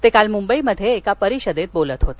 ते काल मुंबईत एका परिषदेत बोलत होते